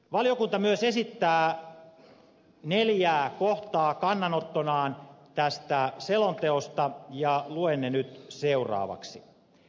valiokunta myös esittää neljää kohtaa kannanottonaan tästä selonteosta ja luen ne nyt seuraavaksi